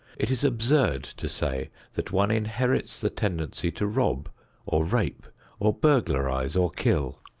it is absurd to say that one inherits the tendency to rob or rape or burglarize or kill.